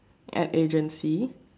app agency